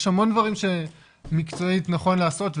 יש המון דברים שמקצועית נכון לעשות,